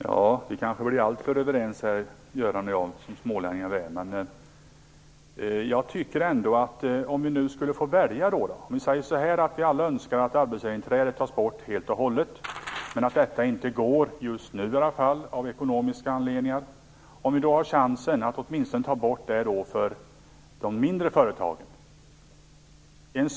Fru talman! Göran Hägglund och jag blir kanske alltför överens, smålänningar som vi är. Men hur blir det om vi skulle få välja? Låt oss säga att alla önskar att arbetsgivarinträdet helt skulle tas bort men att det av ekonomiska skäl inte går att genomföra, åtminstone inte just nu! Har vi då en chans att ta bort det åtminstone för de mindre företagen?